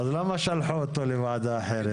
אז למה שלחו אותו לוועדה אחרת?